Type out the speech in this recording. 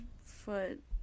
foot